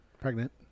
Pregnant